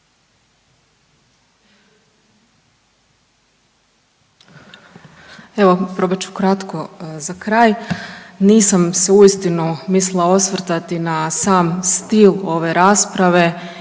Evo probat ću kratko za kraj. Nisam se uistinu mislila osvrtati na sam stil ove rasprave i debatu koja je